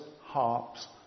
harps